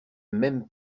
même